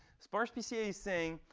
sparse pca is saying,